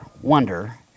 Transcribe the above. wonder